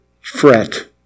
fret